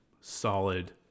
solid